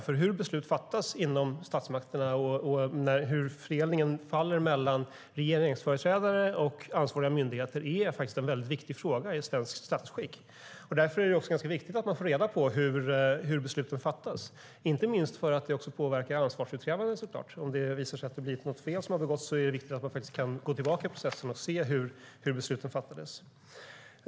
Hur beslut fattas inom statsmakterna och hur fördelningen faller mellan regeringsföreträdare och ansvariga myndigheter är faktiskt en mycket viktig fråga i svenskt statsskick. Därför är det också ganska viktigt att man får reda på hur besluten fattas, inte minst för att det såklart också påverkar ansvarsutkrävande. Om det visar sig att något fel har begåtts är det viktigt att man faktiskt kan gå tillbaka i processen och ser hur besluten fattades.